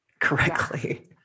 correctly